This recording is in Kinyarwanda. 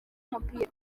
umupira